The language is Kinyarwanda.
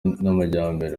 n’amajyambere